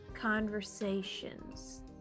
conversations